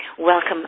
Welcome